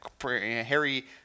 Harry